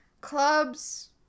Clubs